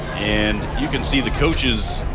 and you can see the coaches